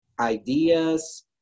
ideas